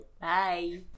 Bye